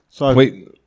Wait